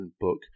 book